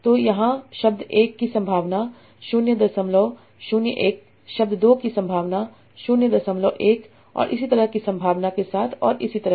तो यहाँ शब्द 1 की संभावना 001 शब्द 2 की संभावना 01 और इसी तरह की संभावना के साथ और इसी तरह